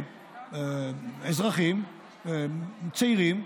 אזרחים צעירים,